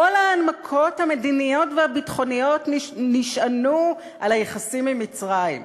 כל ההנמקות המדיניות והביטחוניות נשענו על היחסים עם מצרים,